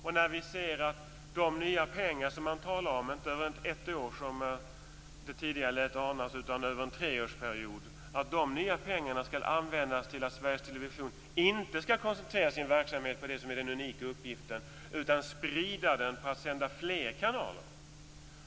Vi ser också att de nya pengar man talar om - inte för ett år som man tidigare sade utan för en treårsperiod - skall användas till att Sveriges Television inte skall koncentrera sig på den unika uppgiften utan sprida den och sända flera kanaler.